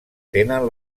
tenen